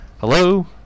Hello